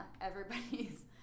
everybody's